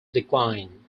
decline